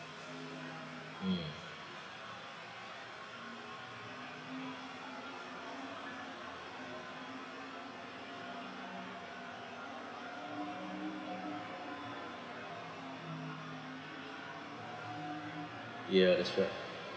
mm ya that's right